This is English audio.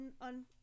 on